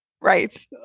right